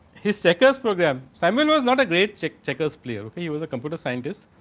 his checkers program samuel was not great checkers checkers clear. he was a computer scientist.